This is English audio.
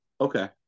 Okay